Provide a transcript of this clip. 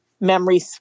memory